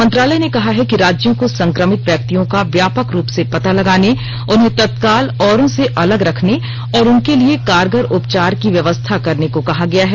मंत्रालय ने कहा है कि राज्यों को संक्रमित व्यक्तियों का व्यापक रूप से पता लगाने उन्हें तत्काल औरों से अलग रखने और उनके लिए कारगर उपचार की व्यवस्था करने को कहा गया है